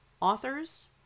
authors